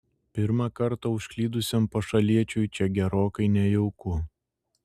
pirmą kartą užklydusiam pašaliečiui čia gerokai nejauku